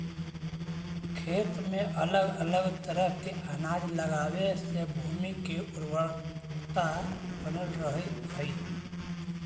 खेत में अलग अलग तरह के अनाज लगावे से भूमि के उर्वरकता बनल रहऽ हइ